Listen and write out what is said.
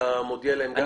אתה מודיע להם גם?